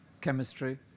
chemistry